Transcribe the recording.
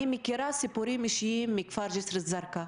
אני מכירה סיפורים אישיים מהכפר ג'יסר א-זרקא,